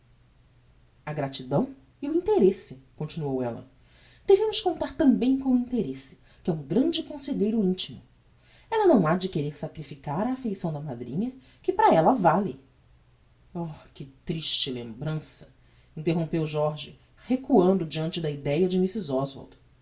a gratidão e o interesse continuou ella devemos contar tambem com o interesse que é um grande conselheiro intimo ella não ha de querer sacrificar a affeição da madrinha que para ella vale oh que triste lembrança interrompeu jorge recuando diante da ideia de